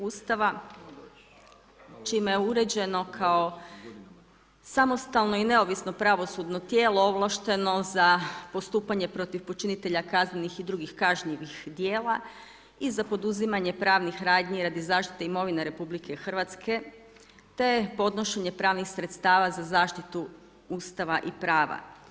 Ustava čime je uređeno kao samostalno i neovisno pravosudno tijelo ovlašteno za postupanje protiv počinitelja kaznenih i drugih kažnjivih djela i za poduzimanje pravnih radnji radi zaštite imovine RH te podnošenje pravnih sredstava za zaštitu Ustava i prava.